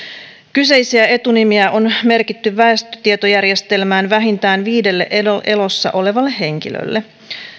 kyseisiä etunimiä on merkitty väestötietojärjestelmään vähintään viidelle elossa olevalle henkilölle